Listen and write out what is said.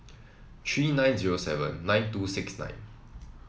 three nine zero seven nine two six nine